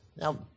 Now